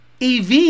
EV